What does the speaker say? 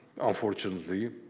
unfortunately